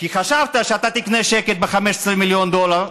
כי חשבת שאתה תקנה שקט ב-15 מיליון דולר,